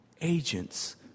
agents